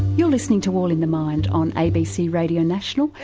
you're listening to all in the mind on abc radio national,